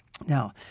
Now